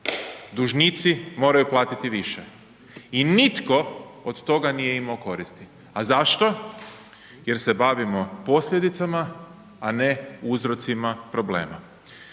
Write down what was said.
dužnici moraju platiti više. I nitko od toga nije imao koristi a zašto? Jer se bavimo posljedicama a ne uzrocima problema.